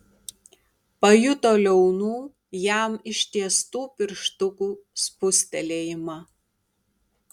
pajuto liaunų jam ištiestų pirštukų spustelėjimą